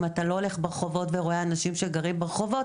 אתה לא הולך ברחובות ורואה אנשים שגרים ברחובות.